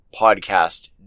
podcast